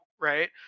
right